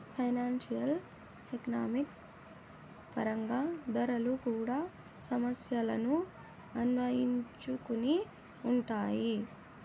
financial economics పరంగా ధరలు కూడా సమస్యలను అన్వయించుకొని ఉంటాయి